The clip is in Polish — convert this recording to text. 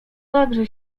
także